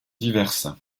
diverses